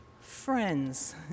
Friends